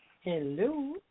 Hello